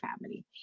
family